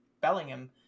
bellingham